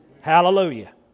Hallelujah